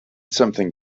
something